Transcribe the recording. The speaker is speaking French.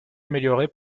améliorée